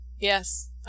yes